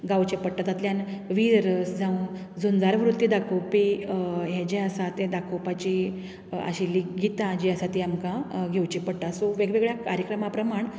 गावचे पडटा तातुंतल्यान वीर रस जावं झुंझार वृत्ती दाखोवपी हे जे आसा तें दाखोवपाची आशिल्लीं गितां जी आसात ती आमकां घेवची पडटात सो वेगवेगळ्या कार्यक्रमां प्रमाण